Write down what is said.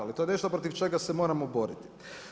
Ali to je nešto protiv čega se moramo boriti.